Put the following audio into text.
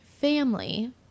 family